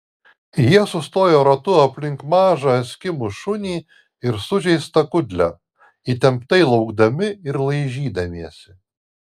jie sustojo ratu aplink mažą eskimų šunį ir sužeistą kudlę įtemptai laukdami ir laižydamiesi